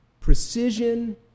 precision